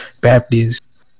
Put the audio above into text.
Baptists